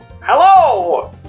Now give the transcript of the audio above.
Hello